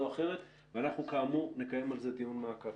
או אחרת ואנחנו כאמור נקיים על זה דיון מעקב.